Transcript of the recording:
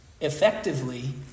effectively